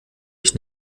ich